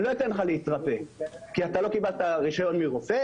אני לא אתן לך להתרפא, כי לא קיבלת רישיון מרופא,